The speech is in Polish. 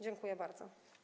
Dziękuję bardzo.